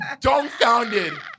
dumbfounded